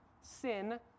sin